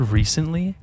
recently